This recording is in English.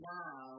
now